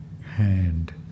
hand